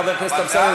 חבר הכנסת אמסלם,